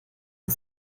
und